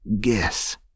Guess